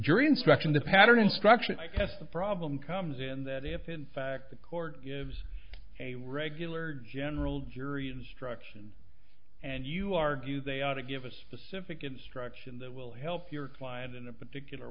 jury instruction the pattern instruction because the problem comes in that if in fact the court of a regular general jury instruction and you argue they ought to give a specific instruction that will help your client in a particular